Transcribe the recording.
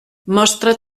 mostra